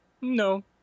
No